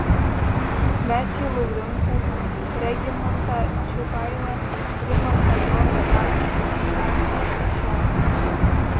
mečį laurinkų regimantą čiupailą rimantą joną dagį stasį stačioką